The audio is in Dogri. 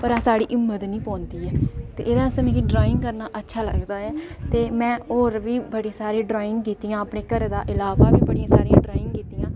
पर साढ़ी हिम्मत नीं पौदीं ऐ एह्दे आस्तै मिगी ड्राइंग करना अच्छा लगदा ऐ ते में होर बी बड़ी सारी ड्राइंग कीतियां अपने घर दे अलावा बी बड़ी सारी ड्राइंग कीतियां